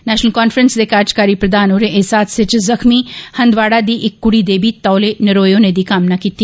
national conference दे कार्यकारी प्रधान होरें इस हादसे च जुख्मी हंदवाड़ा दी इक कुड़ी दे बी तौले नरोए होने दी कामना कीती